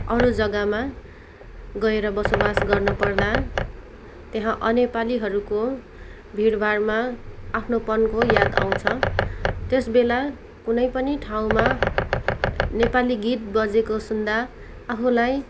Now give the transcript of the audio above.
अरू जग्गामा गएर बसोबास गर्नुपर्दा त्यहाँ अनेपालीहरूको भिडभाडमा आफ्नोपनको याद आउँछ त्यस बेला कुनै पनि ठाउँमा नेपाली गीत बजेको सुन्दा आफूलाई